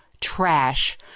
trash